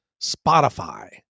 Spotify